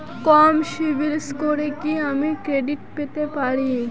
কম CIBIL স্কোরে কি আমি ক্রেডিট পেতে পারি?